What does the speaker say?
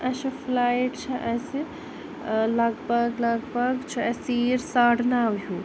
اسہِ چھِ فٕلایِٹ چھِ اسہِ ٲں لگ بھَگ لَگ بھَگ چھِ اسہِ ژیٖرۍ ساڑٕ نَو ہیٛو